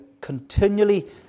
continually